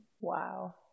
Wow